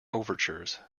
overtures